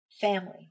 family